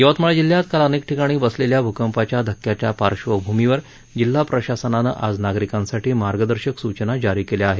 यवतमाळ जिल्ह्यात काल अनेक ठिकाणी बसलेल्या भूकंपाच्या धक्क्याच्या पार्श्वभूमीवर जिल्हा प्रशासनानं आज नागरिकांसाठी मार्गदर्शक सूचना जारी केल्या आहेत